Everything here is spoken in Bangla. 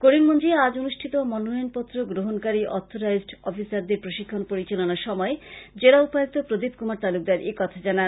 করিমগঞ্জে আজ অনুষ্ঠিত মনোনয়নপত্র গ্রহণকারী অথরাইজড অফিসারদের প্রশিক্ষণ পরিচালনার সময় জেলা উপায়ুক্ত প্রদীপ কুমার তালুকদার একথা জানান